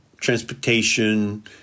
transportation